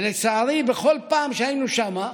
ולצערי, בכל פעם שהיינו שם,